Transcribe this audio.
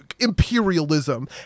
imperialism